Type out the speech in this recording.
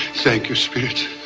thank you, spirit.